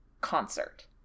concert